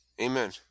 Amen